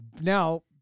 Now